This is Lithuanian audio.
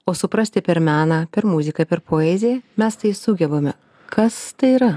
o suprasti per meną per muziką per poeziją mes tai sugebame kas tai yra